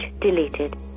deleted